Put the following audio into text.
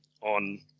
on